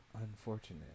Unfortunate